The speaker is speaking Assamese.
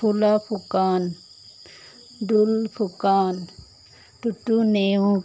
ফুল ফুকন দুল ফুকন তুতু নেওগ